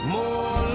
more